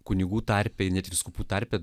kunigų tarpe net vyskupų tarpe